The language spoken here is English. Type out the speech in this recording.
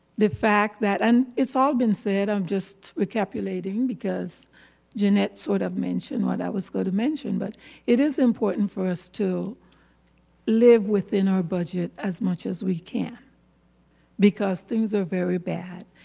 the fact that and it's all been said, i'm just recapitulating because jeanette sort of mentioned what i was gonna mention, but it is important for us to live within our budget as much as we can because things are very bad.